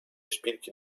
szpilki